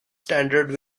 standard